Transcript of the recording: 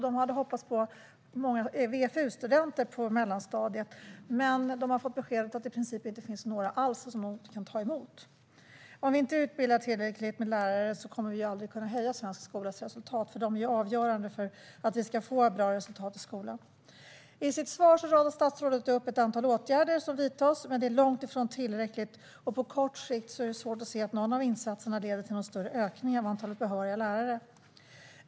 De hade hoppats på många VFU-studenter på mellanstadiet, men de har fått beskedet att det i princip inte finns några alls att ta emot. Om vi inte utbildar tillräckligt med lärare kommer vi ju aldrig att kunna höja svensk skolas resultat. Lärarna är nämligen avgörande för att vi ska få bra resultat i skolan. I sitt svar radar statsrådet upp ett antal åtgärder som vidtas, men det är långt ifrån tillräckligt. På kort sikt är det svårt att se att någon av insatserna leder till någon större ökning av antalet behöriga lärare.